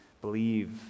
Believe